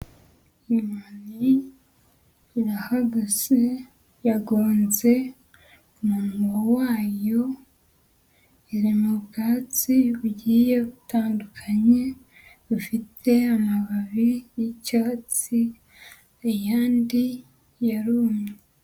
Inyoni irahagaze, yagonze umunwa wayo. Iri mu bwatsi bugiye butandukanye, bufite amababi y'icyatsi ayandi yarumye.